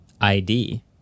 ID